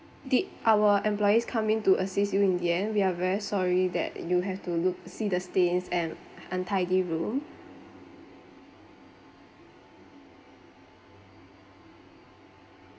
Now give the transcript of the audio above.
did our employees come in to assist you in the end we are very sorry that you have to look see the stains and untidy room